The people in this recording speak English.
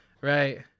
right